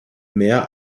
mehr